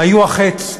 היו החץ.